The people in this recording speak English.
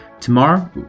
Tomorrow